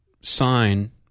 sign